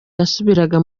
yasubiraga